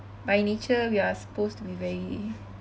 by nature we are supposed to be very